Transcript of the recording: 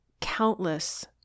countless